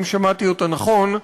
אם שמעתי אותה נכון.